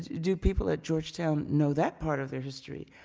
do people at georgetown know that part of their history,